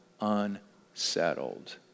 unsettled